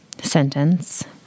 sentence